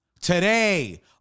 today